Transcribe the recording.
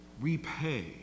repay